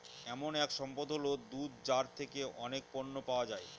এমন এক সম্পদ হল দুধ যার থেকে অনেক পণ্য পাওয়া যায়